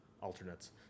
alternates